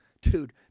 Dude